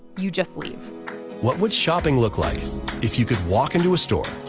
you just leave what would shopping look like if you could walk into a store,